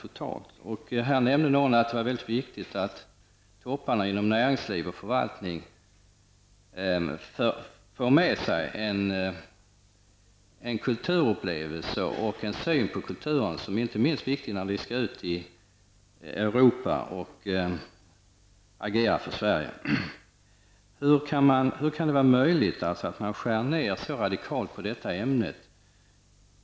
Det var någon som här nämnde att det var mycket viktigt att topparna inom näringsliv och förvaltning har med sig kulturupplevelser och en riktig syn på kulturen, något som inte minst är viktigt när de skall ut i Europa och agera för Sverige. Hur kan det vara möjligt att man skär ner så radikalt på detta ämne?